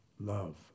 Love